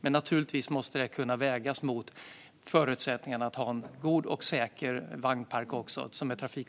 Men naturligtvis måste det vägas mot förutsättningarna att ha en god och trafiksäker vagnpark.